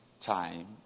time